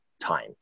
time